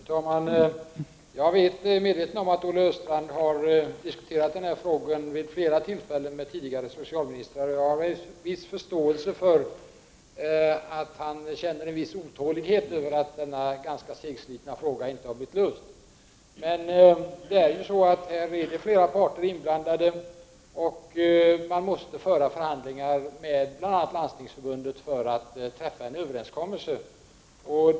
Fru talman! Jag är medveten om att Olle Östrand har diskuterat frågan vid flera tillfällen med tidigare socialministrar. Jag har viss förståelse för att han känner en otålighet över att denna ganska segslitna fråga inte blivit löst. Här är det flera parter inblandade. Man måste föra förhandlingar med bl.a. Landstingsförbundet för att träffa en överenskommelse.